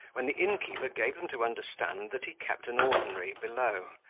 when the innkeeper gave them to understand, that he kept an ordinary below,